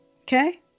okay